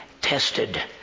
tested